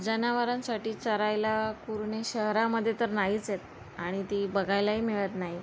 जनावरांसाठी चरायला कुरणे शहरामध्ये तर नाहीच आहेत आणि ती बघायलाही मिळत नाही